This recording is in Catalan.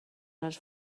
els